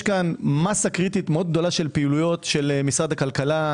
יש פה מסה קריטית מאוד גדולה של פעילויות של משרד הכלכלה.